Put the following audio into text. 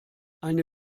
eine